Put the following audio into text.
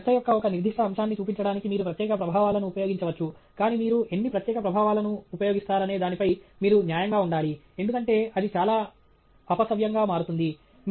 మీ చర్చ యొక్క ఒక నిర్దిష్ట అంశాన్ని చూపించడానికి మీరు ప్రత్యేక ప్రభావాలను ఉపయోగించవచ్చు కానీ మీరు ఎన్ని ప్రత్యేక ప్రభావాలను ఉపయోగిస్తారనే దానిపై మీరు న్యాయంగా ఉండాలి ఎందుకంటే అది చాలా అపసవ్యంగా మారుతుంది